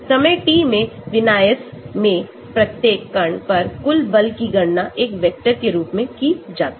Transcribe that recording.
समय t में विन्यास में प्रत्येक कण पर कुल बल की गणना एक वेक्टर के रूप में की जाती है